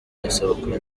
isabukuru